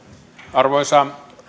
arvoisa